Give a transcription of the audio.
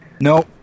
No